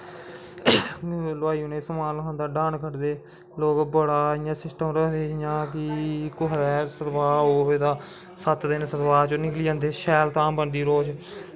हलबाई उ'नें गी समान लखांदा डहान कड्डदा लोग बड़ा इ'यां सिस्मट रखदे कुसै दै सतवाह् होग तां सत्त दिन सतवाह् च निकली जंदे शैल धाम बनदी